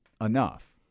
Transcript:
enough